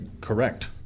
correct